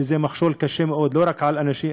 שזה מכשול קשה מאוד לא רק לאנשים,